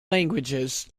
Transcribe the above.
languages